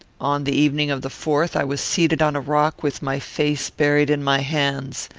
on the evening of the fourth, i was seated on a rock, with my face buried in my hands.